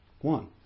one